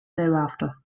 thereafter